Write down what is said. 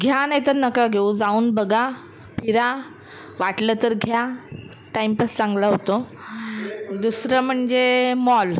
घ्या नाही तर नका घेऊ जाऊन बघा फिरा वाटलं तर घ्या टाईमपास चांगला होतो दुसरं म्हणजे मॉल